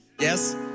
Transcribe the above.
Yes